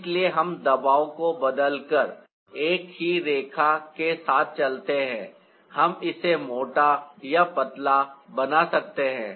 इसलिए हम दबाव को बदलकर एक ही रेखा के साथ चलते हैं हम इसे मोटा या पतला बना सकते हैं